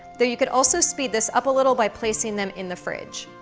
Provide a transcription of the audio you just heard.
though you could also speed this up a little by placing them in the fridge.